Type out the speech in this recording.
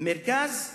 מרכז "מוסאוא"